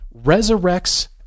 resurrects